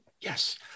yes